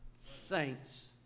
saints